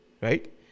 right